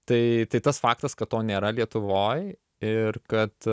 tai tai tas faktas kad to nėra lietuvoj ir kad